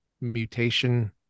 mutation